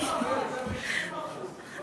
מייצגים את העם.